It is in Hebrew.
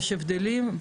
יש הבדלים,